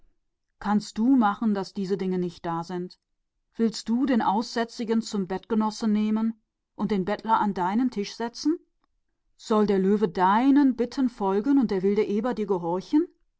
kannst du verhindern daß es so ist willst du den aussätzigen zu deinem bettgenossen machen und den bettler zu dir an die tafel setzen soll der löwe tun was du befiehlst und der wilde eber dir gehorchen